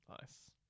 nice